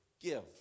give